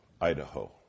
Idaho